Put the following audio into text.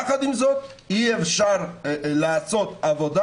יחד עם זאת, אי אפשר לעשות עבודה